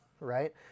right